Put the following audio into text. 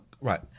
Right